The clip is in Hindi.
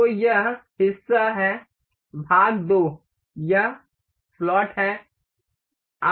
तो यह हिस्सा है भाग 2 यह स्लॉट है